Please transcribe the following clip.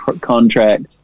contract